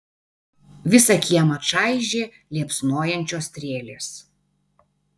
visą kiemą čaižė liepsnojančios strėlės